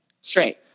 Straight